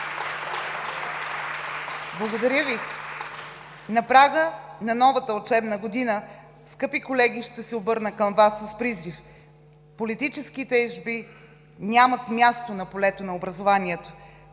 (Ръкопляскания.) На прага на новата учебна година, скъпи колеги, ще се обърна към Вас с призив: политическите ежби нямат място на полето на образованието!